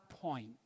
point